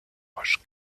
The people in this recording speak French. roches